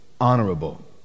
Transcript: honorable